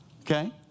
okay